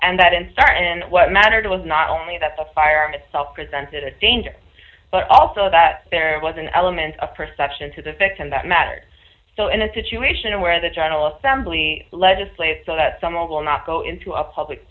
and that in starr and what mattered was not only that the fire itself presented a danger but also that there was an element of perception to the victim that mattered so in a situation where the general assembly legislate so that someone will not go into a public